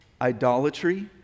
idolatry